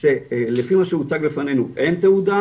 לפי מה שהוצג לפנינו אין תעודה,